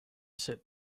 sit